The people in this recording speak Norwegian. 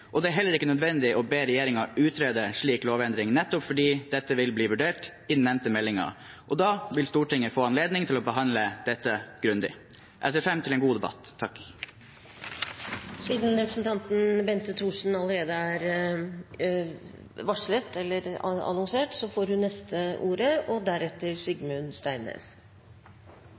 og det er heller ikke nødvendig å be regjeringen utrede en slik lovendring nettopp fordi dette vil bli vurdert i den nevnte meldingen, og da vil Stortinget få anledning til å behandle dette grundig. Jeg ser frem til en god debatt. Utdanning gir enkeltpersoner store muligheter til selvutvikling, til stabile arbeidsbetingelser og til god inntekt – kort sagt, muligheten til et godt liv. Utdanning er